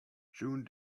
june